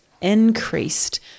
Increased